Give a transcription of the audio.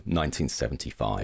1975